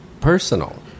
personal